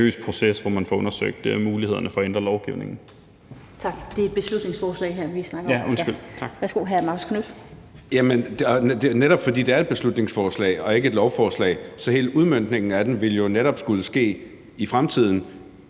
Det er et beslutningsforslag, vi snakker om